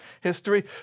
history